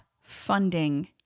funding